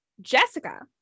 Jessica